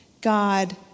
God